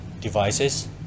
devices